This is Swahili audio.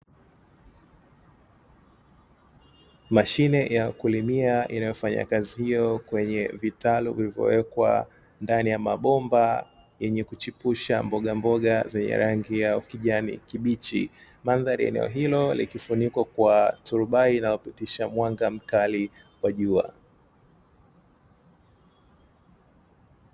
Mashine ya kulimia inayofanya kazi hiyo kwenye vitalu vilivyowekwa ndani ya mabomba, yenye kuchepusha mbogamboga zenye rangi ya kijani kibichi, mandhari ya eneo hilo likifunikwa kwa turubai inayopitisha mwanga mkali wa jua.